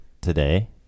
today